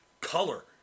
color